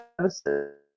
services